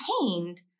maintained